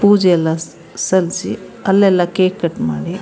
ಪೂಜೆಯೆಲ್ಲ ಸಲ್ಲಿಸಿ ಅಲ್ಲೆಲ್ಲ ಕೇಕ್ ಕಟ್ ಮಾಡಿ